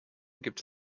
gibt